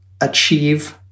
achieve